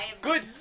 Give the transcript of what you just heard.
Good